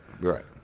Right